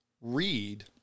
Read